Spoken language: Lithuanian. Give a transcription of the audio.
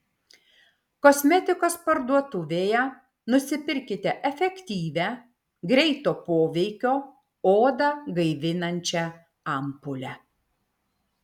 kosmetikos parduotuvėje nusipirkite efektyvią greito poveikio odą gaivinančią ampulę